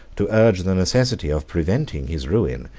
to urge the necessity of preventing his ruin,